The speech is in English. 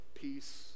peace